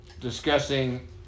discussing